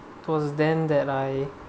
it was then that I